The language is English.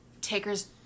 Taker's